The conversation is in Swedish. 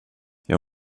jag